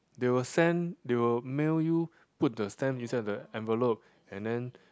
they will send they will mail you put the stamp inside the envelope and then